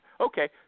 Okay